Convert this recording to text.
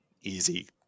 easy